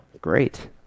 Great